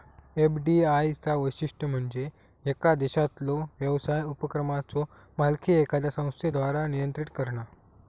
FDI चा वैशिष्ट्य म्हणजे येका देशातलो व्यवसाय उपक्रमाचो मालकी एखाद्या संस्थेद्वारा नियंत्रित करणा